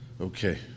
Okay